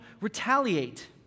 retaliate